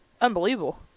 Unbelievable